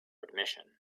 admission